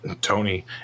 Tony